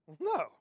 No